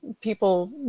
people